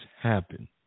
happen